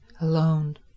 alone